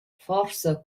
forsa